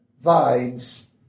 vines